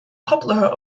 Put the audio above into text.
popular